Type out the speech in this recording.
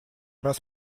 раз